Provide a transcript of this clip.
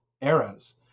eras